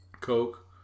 Coke